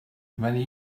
many